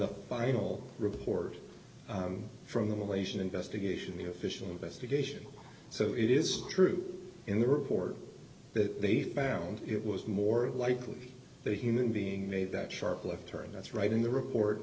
the final report from the malaysian investigation the official investigation so it is true in the report that they found it was more likely the human being made that sharp left turn that's right in the report